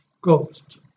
Ghost